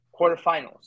quarterfinals